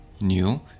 new